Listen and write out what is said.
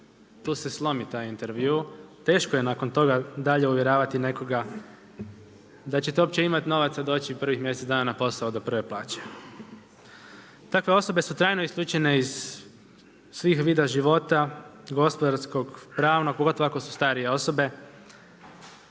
tu se slomi taj intervju, teško je nakon toga dalje uvjeravati nekoga da ćete uopće imati novaca doći prvih mjesec dana na posao do prve plaće. Takve osobe su trajno isključene iz svih vidova života, gospodarskog, pravnog, pogotovo ako su starije osobe.